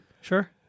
Sure